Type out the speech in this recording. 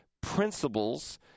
principles